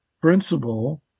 principle